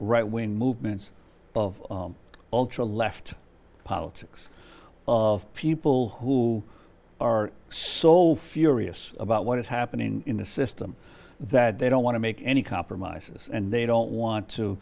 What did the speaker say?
right when movements of ultra left politics of people who are so furious about what is happening in the system that they don't want to make any compromises and they don't want to